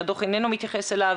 שהדוח איננו מתייחס אליו,